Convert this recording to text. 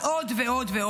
ועוד ועוד.